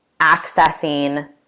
accessing